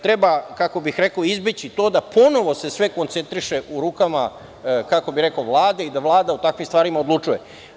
Treba, kako bih rekao, izbeći to da ponovo se sve koncentriše u rukama Vlade i da Vlada o takvim stvarima odlučuje.